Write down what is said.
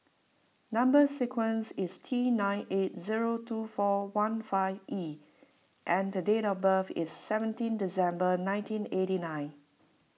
Number Sequence is T nine eight zero two four one five E and date of birth is seventeen December nineteen eighty nine